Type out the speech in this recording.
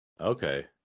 Okay